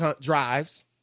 drives